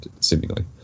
seemingly